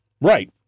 Right